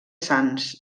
sants